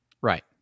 Right